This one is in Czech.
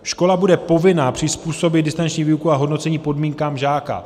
Škola bude povinna přizpůsobit distanční výuku a hodnocení podmínkám žáka.